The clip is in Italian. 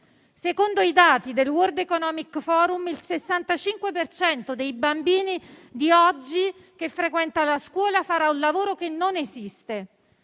Secondo i dati del World Economic Forum, il 65 per cento dei bambini che oggi frequenta la scuola farà un lavoro che non esiste.